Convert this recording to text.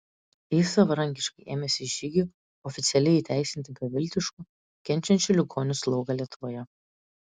jis savarankiškai ėmėsi žygių oficialiai įteisinti beviltiškų kenčiančių ligonių slaugą lietuvoje